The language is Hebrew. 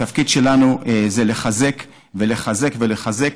התפקיד שלנו זה לחזק ולחזק ולחזק,